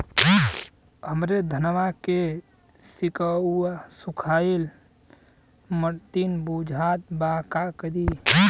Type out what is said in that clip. हमरे धनवा के सीक्कउआ सुखइला मतीन बुझात बा का करीं?